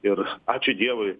ir ačiū dievui